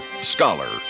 scholar